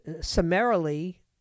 summarily